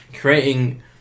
creating